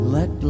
Let